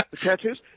tattoos